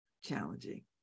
challenging